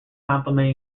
complement